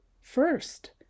first